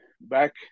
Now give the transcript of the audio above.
Back